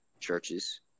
churches